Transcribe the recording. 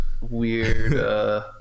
weird